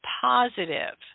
positive